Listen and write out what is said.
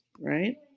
right